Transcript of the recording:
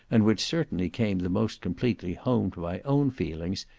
and which certainly came the most completely home to my own feelings,